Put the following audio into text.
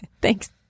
Thanks